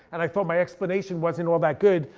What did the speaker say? and i thought my explanation wasn't all that good,